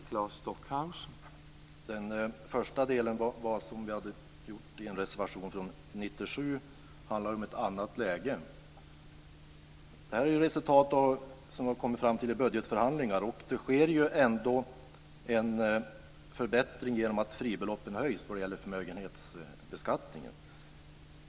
Herr talman! Den första delen, som vi hade en reservation om under 1997, handlar om ett annat läge. Det här är ett resultat av budgetförhandlingar. Det sker ändå en förbättring genom att fribeloppen höjs vad gäller förmögenhetsbeskattningen.